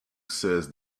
says